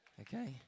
Okay